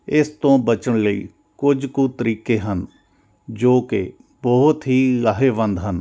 ਇਸ ਤੋਂ ਬਚਣ ਲਈ ਕੁਝ ਕੁ ਤਰੀਕੇ ਹਨ ਜੋ ਕਿ ਬਹੁਤ ਹੀ ਲਾਹੇਵੰਦ ਹਨ